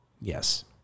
Yes